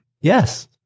Yes